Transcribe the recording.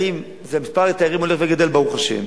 ומספר התיירים הולך וגדל, ברוך השם,